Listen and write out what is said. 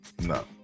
no